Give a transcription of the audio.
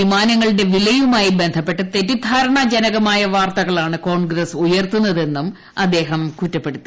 വിമാനങ്ങളുടെ വിലയുമായി ബന്ധപ്പെട്ട് തെറ്റിദ്ധാരണാജനകമായ വാർത്തകളാണ് കോൺഗ്രസ് ഉയർത്തൂന്നതെന്നും അദ്ദേഹം കുറ്റപ്പെടുത്തി